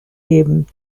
geben